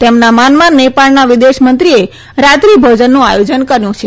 તેમના માનમાં નેપાળના વિદેશમંત્રીએ રાત્રી ભોજનનુંં આયોજન કર્યું છે